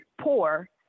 poor